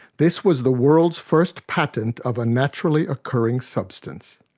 this was the world's first patent of a naturally occurring substance.